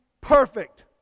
perfect